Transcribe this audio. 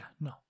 no